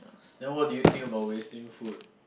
then what do you think about wasting food